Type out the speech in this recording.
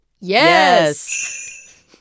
Yes